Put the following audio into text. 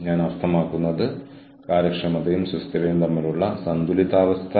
ഇതിനർത്ഥം നിങ്ങളുടെ ശക്തമായ പ്രതിബദ്ധത നമ്മൾ ഒരുമിച്ച് ചെയ്യുന്നു എന്നാണ്